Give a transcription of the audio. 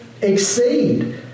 exceed